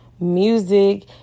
music